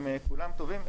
כולם טובים.